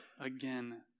again